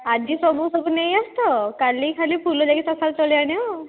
ଆଜି ସବୁ ସବୁ ନେଇଆସିଥିବ କାଲି ଖାଲି ଫୁଲ ଯାଇକି ସକାଳୁ ତୋଳି ଆଣିବ ଆଉ